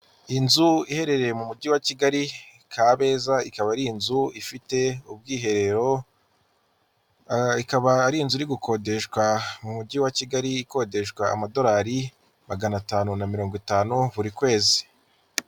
Inzu iherereye mu mujyi wa Kigali Kabeza, ikaba ari inzu ifite ubwiherero, ikaba ari inzu iri gukodeshwa mu mujyi wa Kigali ikodeshwa amadolari magana atanu na mirongo itanu buri kwezi.